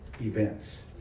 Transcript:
events